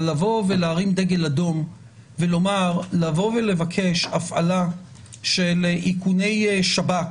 לבוא ולהרים דגל אדום ולבקש הפעלה של איכוני שב"כ